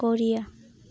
Korea